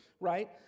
right